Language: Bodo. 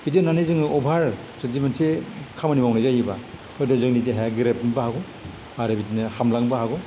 बिदि होननानै जोङो अभार जुदि मोनसे खामानि मावनाय जायोबा हयत' जोंनि देहाया बिरात गेरेबनोबो हागौ आरो बिदिनो हामलांनोबो हागौ